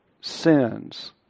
sins